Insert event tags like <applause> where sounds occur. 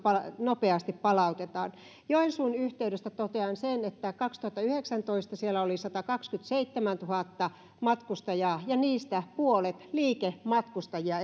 nopeasti palautetaan joensuun yhteydestä totean sen että kaksituhattayhdeksäntoista siellä oli satakaksikymmentäseitsemäntuhatta matkustajaa ja niistä puolet oli liikematkustajia <unintelligible>